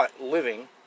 living